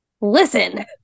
listen